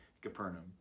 Capernaum